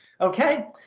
Okay